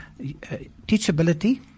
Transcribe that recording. teachability